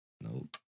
Nope